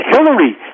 Hillary